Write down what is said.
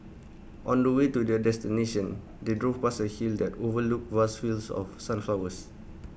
on the way to their destination they drove past A hill that overlooked vast fields of sunflowers